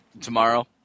tomorrow